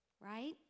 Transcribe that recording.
Right